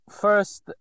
First